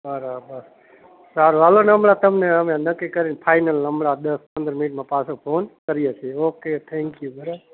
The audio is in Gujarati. બરાબર સારું ચાલો ને હમણાં તમને અમે નક્કી કરીને ફાઇનલ હમણાં દશ પંદર મિનિટમાં પાછો ફોન કરીએ છીએ ઓકે થેંક્યું બરાબર